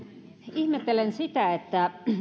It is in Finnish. ihmettelen sitä että